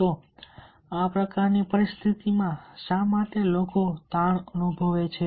તો આ પ્રકારની પરિસ્થિતિમાં શા માટે કેટલાક લોકો તાણ અનુભવે છે